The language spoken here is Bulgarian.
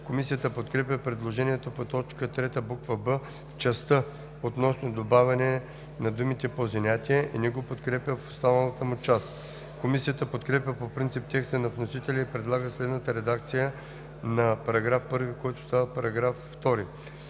Комисията подкрепя предложението по т. 3, буква „б“ в частта относно добавянето на думите „по занятие“ и не го подкрепя в останалата му част. Комисията подкрепя по принцип текста на вносителя и предлага следната редакция на § 1, който става § 2: „§ 2.